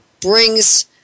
brings